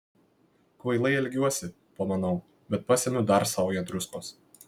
kvailai elgiuosi pamanau bet pasemiu dar saują druskos